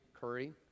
Curry